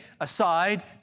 aside